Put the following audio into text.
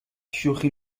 شوخی